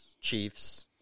Chiefs